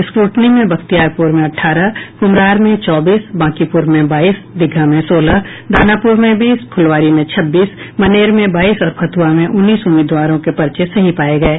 scrutiny में बख्तियारपूर में अठारह कुम्हरार में चौबीस बांकीपुर में बाईस दीघा में सोलह दानापुर में बीस फुलवारी में छब्बीस मनेर में बाईस और फतुहा में उन्नीस उम्मीदवारों के पर्चे सही पाये गये